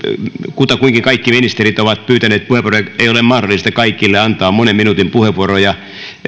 kutakuinkin kaikki ministerit ovat pyytäneet puheenvuoroja ei ole mahdollista kaikille antaa monen minuutin puheenvuoroja